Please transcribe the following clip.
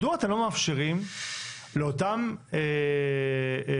מדוע אתם לא מאפשרים לאותם תינוקות